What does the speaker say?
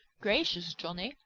gracious, johnny!